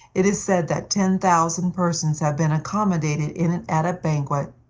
it is said that ten thousand persons have been accommodated in it at a banquet.